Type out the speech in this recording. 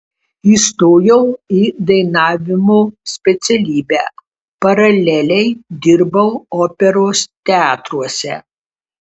įstojau į dainavimo specialybę paraleliai dirbau operos teatruose